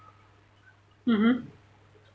mmhmm